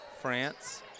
France